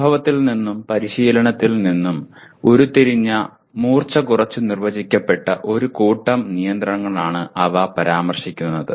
അനുഭവത്തിൽ നിന്നും പരിശീലനത്തിൽ നിന്നും ഉരുത്തിരിഞ്ഞ മൂർച്ച കുറച്ചു നിർവചിക്കപെട്ട ഒരു കൂട്ടം നിയന്ത്രണങ്ങളാണ് അവ പരാമർശിക്കുന്നത്